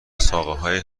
ساقههای